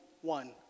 one